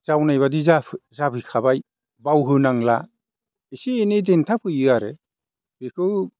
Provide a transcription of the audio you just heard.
जावनायबायदि जाफैखाबाय बाव होनांला एसे एनै देनथा फैयो आरो बेखौ